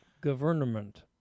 government